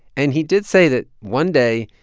and he did say that one day,